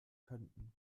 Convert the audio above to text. könnten